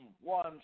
one